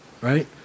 Right